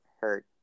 hurt